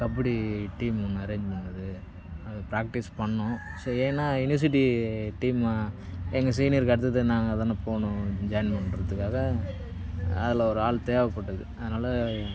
kabaddi team ஒன்று arrange பண்ணிணது அது பிராக்டீஸ் பண்ணிணோம் ஸோ ஏன்னால் யூனிவர்சிட்டி டீம் எங்கள் சீனியர்க்கு அடுத்தது நாங்கள் தானே போகணும் ஜாயின் பண்ணறத்துக்காக அதில் ஒரு ஆள் தேவைப்பட்டது அதனால்